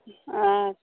ठिक अछि